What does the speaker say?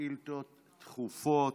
שאילתות דחופות.